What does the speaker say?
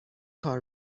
کار